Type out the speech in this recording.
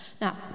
Now